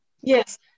Yes